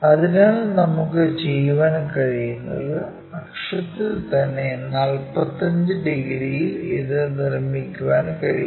അതിനാൽ നമുക്ക് ചെയ്യാൻ കഴിയുന്നത് അക്ഷത്തിൽ തന്നെ 45 ഡിഗ്രിയിൽ ഇത് നിർമ്മിക്കാൻ കഴിയും